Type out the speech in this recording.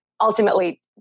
ultimately